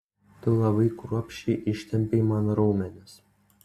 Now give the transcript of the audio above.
tu labai kruopščiai ištempei man raumenis